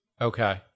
Okay